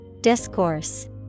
Discourse